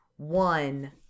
one